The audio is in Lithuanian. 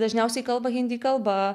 dažniausiai kalba hindi kalba